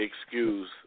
excuse